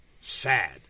Sad